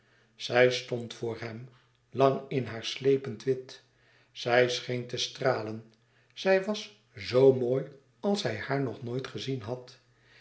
zij stond voor hem lang in haar slepend wit zij scheen te stralen zij was zoo mooi als hij haar nog nooit gezien had